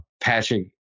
Patrick